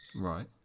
Right